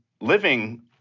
living